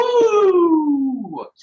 Woo